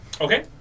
Okay